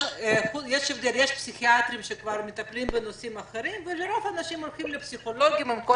יש אמנם פסיכיאטרים אך לרוב האנשים הולכים עם כל